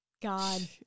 God